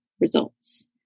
results